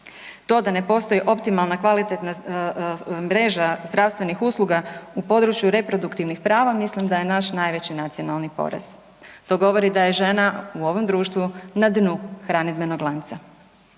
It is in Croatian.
To da ne postoji optimalna kvalitetna mreža zdravstvenih usluga u području reproduktivnih prava, mislim da je naš najveći nacionalni porez. To govori da je žena u ovom društvu na dnu hranidbenog lanca.